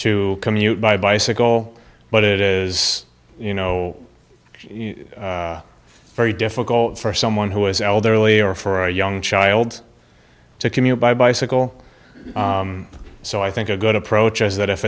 to commute by bicycle but it is you know very difficult for someone who is elderly or for a young child to commute by bicycle so i think a good approach is that if